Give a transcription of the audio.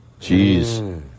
Jeez